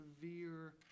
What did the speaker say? severe